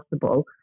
possible